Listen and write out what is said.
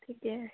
ঠিকে